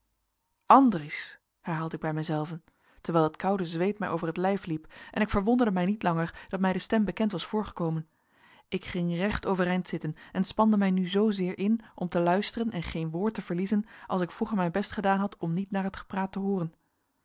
andries herhaalde ik bij mijzelven terwijl het koude zweet mij over het lijf liep en ik verwonderde mij niet langer dat mij de stem bekend was voorgekomen ik ging recht overeind zitten en spande mij nu zoozeer in om te luisteren en geen woord te verliezen als ik vroeger mijn best gedaan had om niet naar het gepraat te hooren